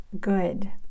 good